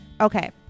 Okay